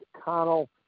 Connell